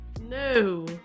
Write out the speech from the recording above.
no